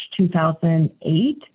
2008